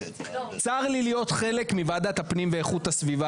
צר לי להיות חלק מוועדת הפנים ואיכות הסביבה